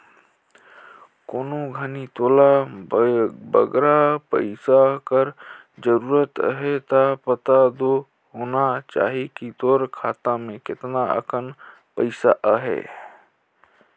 कोनो घनी तोला बगरा पइसा कर जरूरत अहे ता पता दो होना चाही कि तोर खाता में केतना अकन पइसा अहे